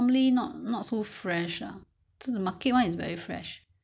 if just the meat itself it's okay right